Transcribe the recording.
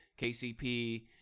KCP